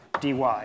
dy